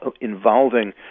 involving